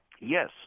Yes